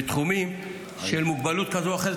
בתחומים של מוגבלות כזאת או אחרת.